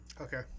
Okay